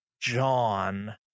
john